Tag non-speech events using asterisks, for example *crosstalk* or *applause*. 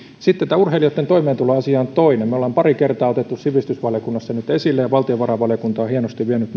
sitten tämä urheilijoiden toimeentuloasia on toinen me olemme pari kertaa ottaneet sivistysvaliokunnassa nyt esille ja valtiovarainvaliokunta sen jaosto on hienosti vienyt *unintelligible*